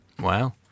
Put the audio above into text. Wow